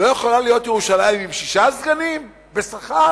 לא יכולה להיות ירושלים עם שישה סגנים בשכר?